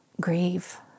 grieve